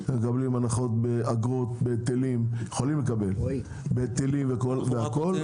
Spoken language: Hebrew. באגרות וגם בארנונה,